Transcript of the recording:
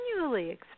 continually